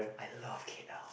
I love K_L